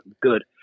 good